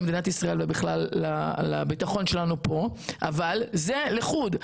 מדינת ישראל ובכלל לביטחון שלנו כאן אבל זה לחוד.